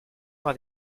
par